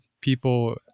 people